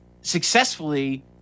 successfully